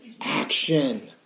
Action